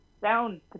sound